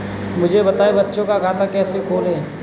मुझे बताएँ बच्चों का खाता कैसे खोलें?